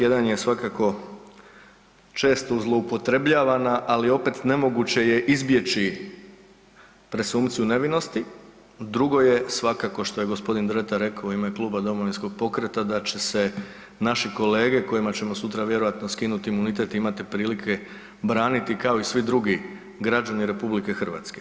Jedan je svakako često zloupotrebljavana, ali opet nemoguće je izbjeći presumpciju nevinosti, drugo je svakako što je gospodin Dretar rekao u ime kluba Domovinskog pokreta da će se naši kolege kojima ćemo sutra vjerojatno skinuti imunitet imati prilike braniti kao i svi drugi građani RH.